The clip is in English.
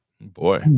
Boy